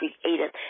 created